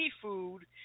seafood